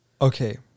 Okay